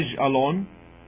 alone